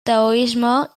taoisme